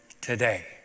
today